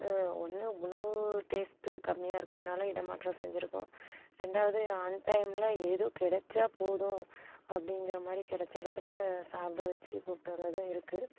ஒன்று உணவு டேஸ்ட்டு கம்மியாக இருக்கனால இடம் மாற்றம் செஞ்சிருக்கோம் ரெண்டாவது அன் டைம்மில் ஏதோ கிடச்சா போதும் அப்படிங்கற மாதிரி கிடச்செடத்துல சாப்பிட வச்சு கூப்பிட்டு வந்ததும் இருக்கு